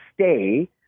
stay